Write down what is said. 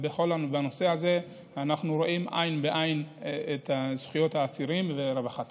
בנושא הזה אנחנו רואים עין בעין את זכויות האסירים ורווחתם.